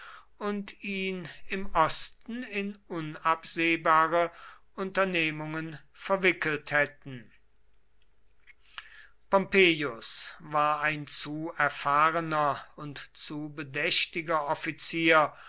und ihn im osten in unabsehbare unternehmungen verwickelt hätten pompeius war ein zu erfahrener und zu bedächtiger offizier